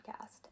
Podcast